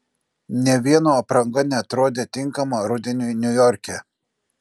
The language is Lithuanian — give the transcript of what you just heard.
nė vieno apranga neatrodė tinkama rudeniui niujorke